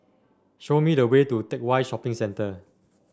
show me the way to Teck Whye Shopping Centre